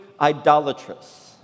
idolatrous